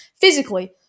physically